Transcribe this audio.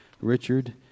Richard